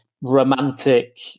romantic